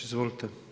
Izvolite.